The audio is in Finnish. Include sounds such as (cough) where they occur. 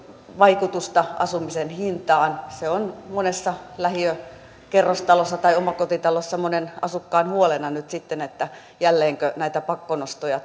vaikutusta asumisen hintaan se on monessa lähiökerrostalossa tai omakotitalossa nyt monen asukkaan huolena että jälleenkö näitä pakkonostoja (unintelligible)